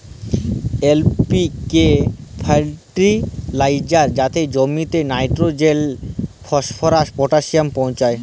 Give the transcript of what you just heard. LPK fertiliser যাতে জমিতে nitrogen, phosphorus, potassium পৌঁছায়